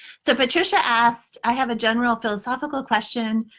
so patricia asked, i have a general philosophical question.